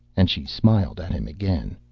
and she smiled at him again.